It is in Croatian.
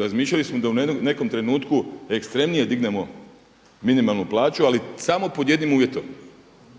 razmišljali smo da u nekom trenutku ekstremnije dignemo minimalnu plaću ali samo pod jednim uvjetom,